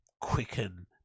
quicken